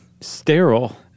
sterile